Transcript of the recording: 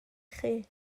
chi